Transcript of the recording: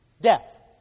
death